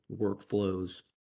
workflows